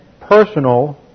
personal